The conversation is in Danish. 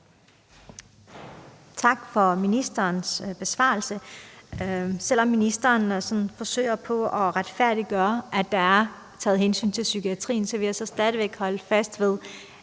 Tak for ministerens besvarelse. Selv om ministeren sådan forsøger at retfærdiggøre sig med, at der er taget hensyn til psykiatrien, vil jeg stadig væk holde fast i,